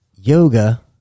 yoga